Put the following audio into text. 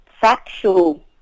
factual